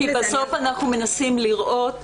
בסוף אנחנו מנסים לראות,